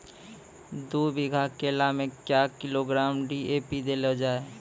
दू बीघा केला मैं क्या किलोग्राम डी.ए.पी देले जाय?